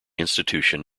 institution